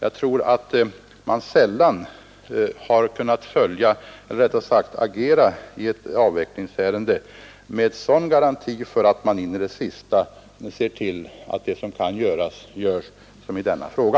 Jag tror att man sällan i ett avvecklingsärende har kunnat agera med sådan garanti för att man in i det sista skall se till att det som kan göras blir gjort, som i denna fråga.